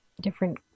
different